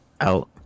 out